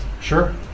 Sure